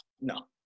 no